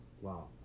Wow